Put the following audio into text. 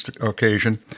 occasion